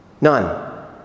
None